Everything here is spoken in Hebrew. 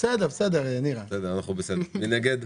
מי נגד?